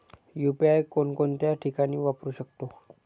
UPI कोणकोणत्या ठिकाणी वापरू शकतो?